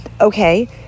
Okay